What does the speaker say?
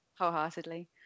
wholeheartedly